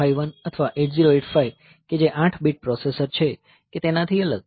8051 અથવા 8085 કે જે 8 બીટ પ્રોસેસર છે કે તેનાથી અલગ